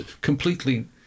completely